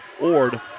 Ord